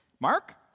Mark